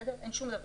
אין שום דבר.